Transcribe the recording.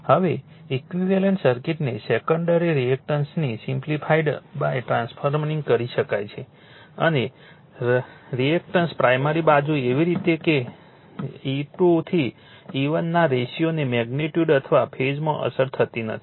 હવે ઈક્વિવેલન્ટ સર્કિટને સેકન્ડરી રઝિસ્ટન્સને સિમ્પ્લિફાઇડ ટ્રાન્સફરરિંગ કરી શકાય છે અને રિએક્ટન્સ પ્રાઇમરી બાજુએ એવી રીતે છે કે E2 થી E1 ના રેશિયોને મેગ્નિટ્યુડ અથવા ફેઝમાં અસર થતી નથી